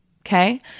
okay